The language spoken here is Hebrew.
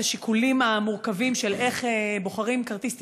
השיקולים המורכבים של איך בוחרים כרטיס טיסה,